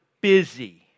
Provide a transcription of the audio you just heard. busy